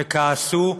וכעסו,